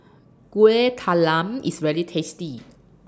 Kueh Talam IS very tasty